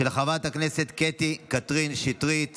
של חברת הכנסת קטי קטרין שטרית